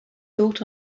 thought